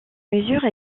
mesures